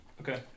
Okay